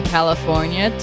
California